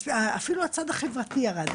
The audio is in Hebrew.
אז אפילו הצד החברתי ירד,